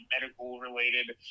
medical-related